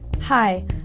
Hi